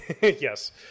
Yes